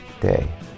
day